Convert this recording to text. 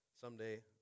someday